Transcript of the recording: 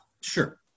Sure